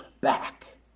back